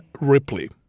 Ripley